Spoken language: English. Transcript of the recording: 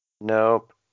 nope